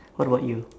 what about you